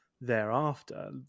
thereafter